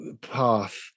path